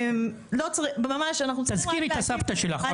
שלא צריך -- תזכירי את הסבתא שלך עוד פעם.